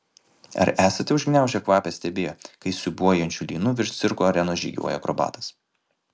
ar esate užgniaužę kvapą stebėję kai siūbuojančiu lynu virš cirko arenos žygiuoja akrobatas